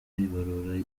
ibarura